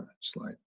slide